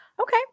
Okay